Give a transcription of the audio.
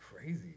crazy